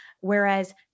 whereas